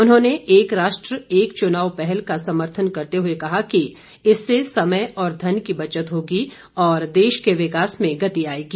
उन्होंने एक राष्ट्र एक चुनाव पहल का समर्थन करते हुए कहा कि इससे समय और धन की बचत होगी और देश के विकास में गति आएगी